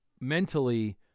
mentally